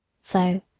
so,